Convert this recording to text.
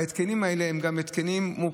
ההתקנים האלה הם גם מורכבים.